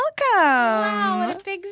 welcome